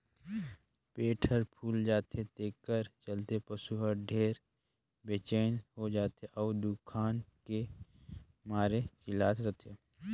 पेट हर फूइल जाथे तेखर चलते पसू हर ढेरे बेचइन हो जाथे अउ दुखान के मारे चिल्लात रथे